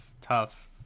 tough